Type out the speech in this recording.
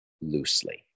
loosely